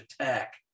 Tech